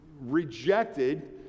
rejected